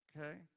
okay